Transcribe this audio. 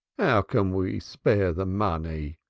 how can we spare the money?